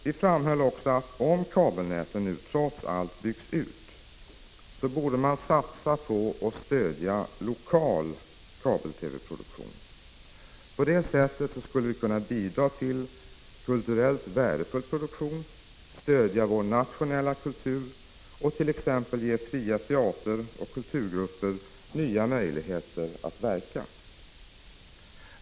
Vi framhöll också att om kabelnäten nu trots allt byggs ut, så borde man satsa på och stödja lokal kabel-TV-produktion. På det sättet skulle man kunna bidra till kulturellt värdefull produktion, stödja vår nationella kultur och t.ex. ge fria teateroch kulturgrupper nya möjligheter att verka.